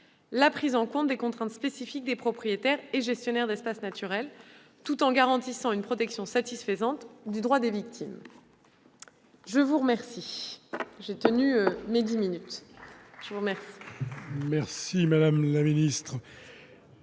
la prise en compte des contraintes spécifiques des propriétaires et gestionnaires d'espaces naturels, tout en garantissant une protection satisfaisante du droit des victimes. La parole est à M. Loïc Hervé, pour